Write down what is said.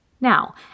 Now